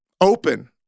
open